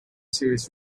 series